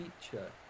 feature